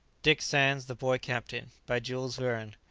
dick sands the boy captain. by jules verne.